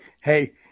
hey